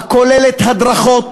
הכוללת הדרכות,